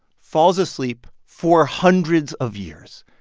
falls asleep for hundreds of years.